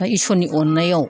दा इसोरनि अन्नायाव